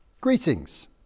Greetings